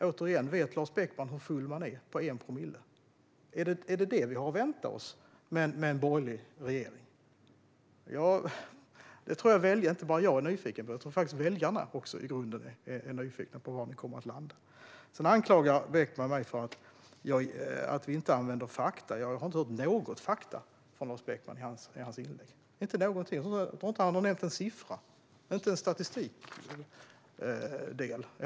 Återigen: Vet Lars Beckman hur full man är på 1 promille? Är det det vi har att vänta oss med en borgerlig regering? Det tror jag att inte bara jag är nyfiken på. Jag tror faktiskt att också väljarna är nyfikna på var ni kommer att landa. Sedan anklagar Beckman mig för att inte använda fakta. Jag har inte hört några fakta från Lars Beckman i hans inlägg - inte någonting. Jag tror inte att han har nämnt en siffra eller någon statistik.